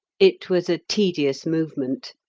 it was a tedious movement.